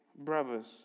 brothers